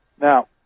Now